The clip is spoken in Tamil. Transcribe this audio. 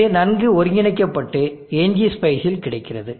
இது நன்கு ஒருங்கிணைக்கப்பட்டு ngspice இல் கிடைக்கிறது